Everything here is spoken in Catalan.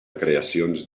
creacions